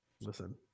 Listen